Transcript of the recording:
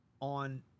on